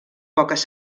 poques